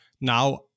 now